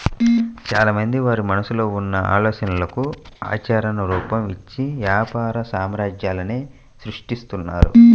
చాలామంది వారి మనసులో ఉన్న ఆలోచనలకు ఆచరణ రూపం, ఇచ్చి వ్యాపార సామ్రాజ్యాలనే సృష్టిస్తున్నారు